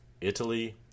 Italy